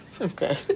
Okay